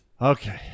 Okay